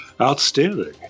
Outstanding